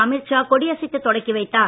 அமித் ஷா கொடியசைத்து தொடங்கி வைத்தார்